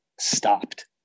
stopped